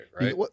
right